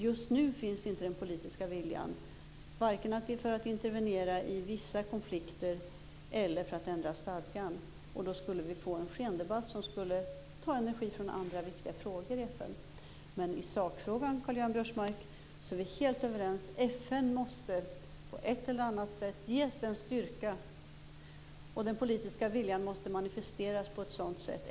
Just nu finns inte den politiska viljan, varken för att intervenera i vissa konflikter eller för att förändra stadgan. Vi skulle bara få en skendebatt som skulle ta energi från andra viktiga frågor i FN. Men i sakfrågan, Karl Göran Biörsmark, är vi helt överens. FN måste på ett eller annat sätt ges en styrka, och den politiska viljan måste manifesteras på ett sådant sätt.